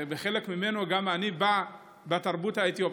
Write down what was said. שמחלק ממנו גם אני בא, התרבות האתיופית,